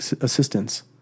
assistance